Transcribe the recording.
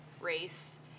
race